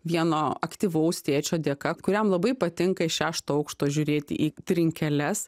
vieno aktyvaus tėčio dėka kuriam labai patinka iš šešto aukšto žiūrėti į trinkeles